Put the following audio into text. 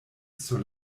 sur